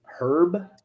Herb